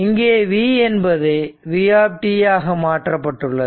இங்கே v என்பது v ஆக மாற்றப்பட்டுள்ளது